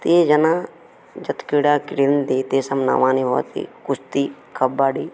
ते जनाः यत् क्रीडा क्रीडन्ति तेषां नामानि भवन्ति कुस्ती कबड्डी